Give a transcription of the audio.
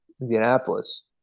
Indianapolis